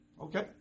Okay